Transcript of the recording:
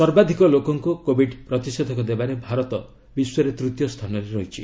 ସର୍ବାଧିକ ଲୋକଙ୍କୁ କୋବିଡ ପ୍ରତିଷେଧକ ଦେବାରେ ଭାରତ ବିଶ୍ୱରେ ତୂତୀୟ ସ୍ଥାନରେ ରହିଛି